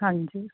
ਹਾਂਜੀ